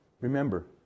Remember